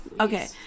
Okay